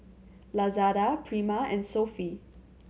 Lazada Prima and Sofy